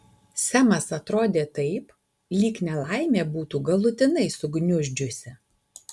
semas atrodė taip lyg nelaimė būtų galutinai sugniuždžiusi